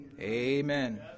Amen